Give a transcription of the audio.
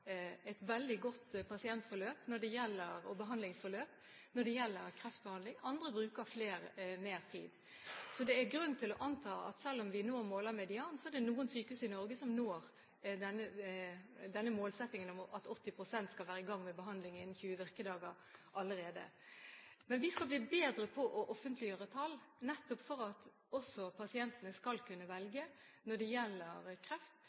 et veldig godt pasientforløp og behandlingsforløp når det gjelder kreft, andre bruker mer tid. Det er grunn til å anta at selv om vi nå måler median ventetid, er det noen sykehus i Norge som allerede når målsettingen om at 80 pst. skal være i gang med behandlingen innen 20 virkedager. Men vi skal bli bedre på å offentliggjøre tall, nettopp for at pasientene skal kunne velge når det gjelder